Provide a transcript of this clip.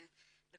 אני